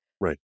Right